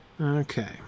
Okay